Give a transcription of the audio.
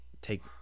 take